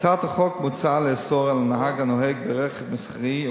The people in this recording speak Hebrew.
בהצעת החוק מוצע לאסור על נהג הנוהג ברכב מסחרי או